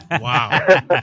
Wow